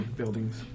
buildings